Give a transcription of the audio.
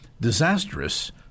disastrous